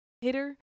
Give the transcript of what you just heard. hitter